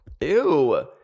Ew